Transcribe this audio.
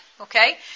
Okay